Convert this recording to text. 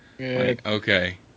okay